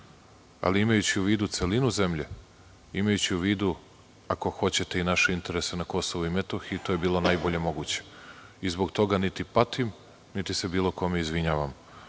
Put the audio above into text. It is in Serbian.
ali imajući u vidu celinu zemlje, imajući u vidu ako hoćete i naše interese na KiM, to je bilo najbolje moguće. Zbog toga niti patim niti se bilo kome izvinjavam.S